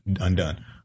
undone